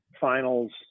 finals